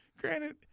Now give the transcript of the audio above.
Granted